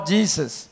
Jesus